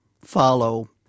follow